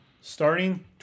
starting